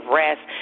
rest